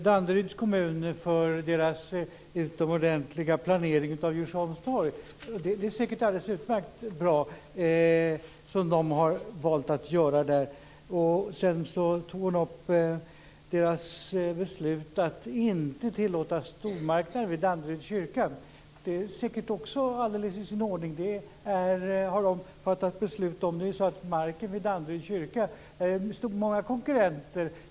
Danderyds kommun för kommunens utomordentliga planering av Djursholms torg. Det som man har valt att göra där är säkert alldeles utmärkt bra. Sedan tog hon upp kommunens beslut att inte tillåta stormarknader vid Danderyds kyrka. Det är säkert också alldeles i sin ordning. Det har man valt att besluta om. När det gäller marken vid Danderyds kyrka är det många konkurrenter.